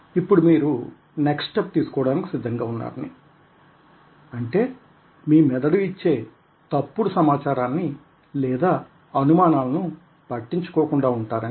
ఇప్పుడు మీరు next step తీసుకోవడానికి సిద్ధంగా ఉన్నారని అంటే మీ మెదడు ఇచ్చే తప్పుడు సమాచారాన్ని లేదా అనుమానాలను పట్టించుకోకుండా ఉంటారని